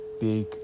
Big